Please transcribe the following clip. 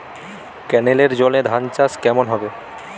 কেনেলের জলে ধানচাষ কেমন হবে?